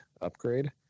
upgrade